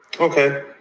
Okay